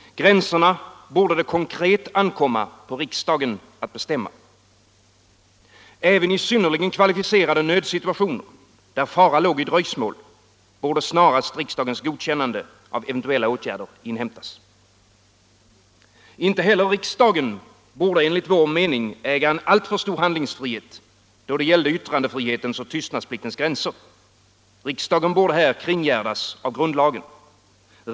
Gränserna borde det konkret ankomma på riksdagen att bestämma. Även i synnerligen kvalificerade nödsituationer, där fara låg i dröjsmål, borde snarast riksdagens godkännande av eventuella åtgärder inhämtas. Inte heller riksdagen borde enligt vår mening äga en alltför stor handlingsfrihet då det gällde yttrandefrihetens och tystnadspliktens gränser. Riksdagen borde här kringgärdas av grundlagen.